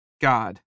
God